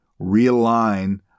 realign